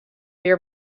your